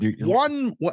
one